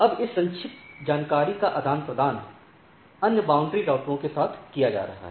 अब इस संक्षेप जानकारी का आदान प्रदान अन्य बाउंड्री राउटरों के साथ किया जा रहा है